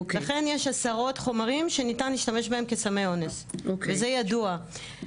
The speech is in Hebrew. לכן יש עשרות חומרים שניתן להשתמש בהם כסמי אונס וזה ידוע.